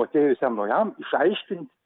atėjusiam naujam išaiškint